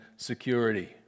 Security